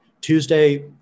Tuesday